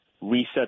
reset